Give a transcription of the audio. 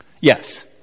Yes